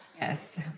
Yes